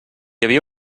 havia